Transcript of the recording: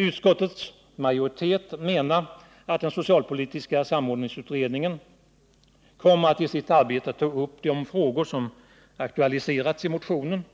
Utskottets majoritet menar att den socialpolitiska samordningsutredningen kommer att i sitt arbete ta upp de frågor som aktualiserats i motionen,